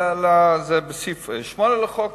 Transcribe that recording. סעיף 8 לחוק,